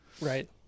Right